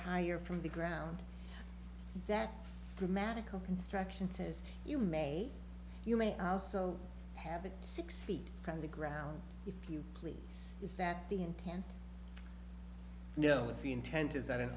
higher from the ground that dramatically construction says you may you may also have the six feet from the ground if you please is that the intent no the intent is that an